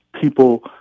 people